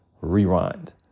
rewind